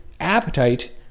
appetite